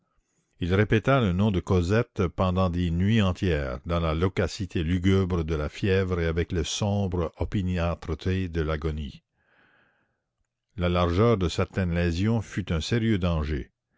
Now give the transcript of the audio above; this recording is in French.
il répéta le nom de cosette pendant des nuits entières dans la loquacité lugubre de la fièvre et avec la sombre opiniâtreté de l'agonie la largeur de certaines lésions fut un sérieux danger